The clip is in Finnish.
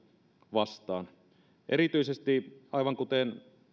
vastaan erityisesti aivan kuten